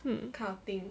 hmm